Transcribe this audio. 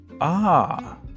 Ah